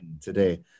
today